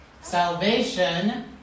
Salvation